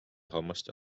hammaste